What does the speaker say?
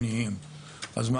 שלום,